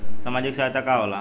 सामाजिक सहायता का होला?